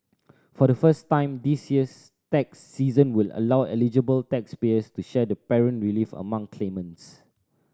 for the first time this year's tax season will allow eligible taxpayers to share the parent relief among claimants